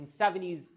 1970s